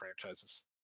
franchises